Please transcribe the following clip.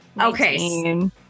Okay